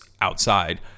outside